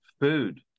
Food